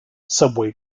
subway